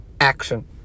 action